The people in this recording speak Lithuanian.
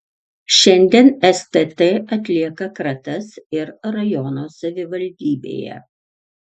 šiandien stt atlieka kratas ir rajono savivaldybėje